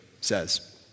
says